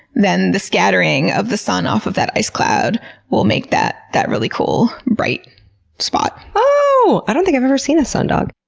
the scattering of the sun off of that ice cloud will make that that really cool bright spot. oh, i don't think i've ever seen a sundog.